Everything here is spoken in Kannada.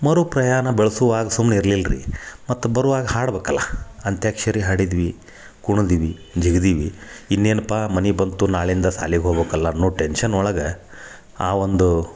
ಮರು ಪ್ರಯಾಣ ಬೆಳ್ಸುವಾಗ ಸುಮ್ನ ಇರ್ಲಿಲ್ಲ ರೀ ಮತ್ತೆ ಬರುವಾಗ ಆಡ್ಬಕಲ್ಲ ಅಂತ್ಯಾಕ್ಷರಿ ಆಡಿದ್ವಿ ಕುಣ್ದ್ವಿ ಜಿಗ್ದಿವಿ ಇನ್ನೇನಪ್ಪ ಮನೆ ಬಂತು ನಾಳೆ ಇಂದ ಸಾಲಿಗೆ ಹೋಗ್ಬಕಲ್ಲ ಅನ್ನೋ ಟೆನ್ಶನ್ ಒಳಗೆ ಆ ಒಂದು